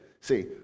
See